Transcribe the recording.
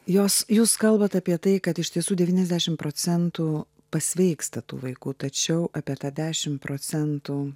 jos jūs kalbat apie tai kad iš tiesų devyniasdešim procentų pasveiksta tų vaikų tačiau apie tą dešim procentų